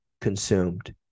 consumed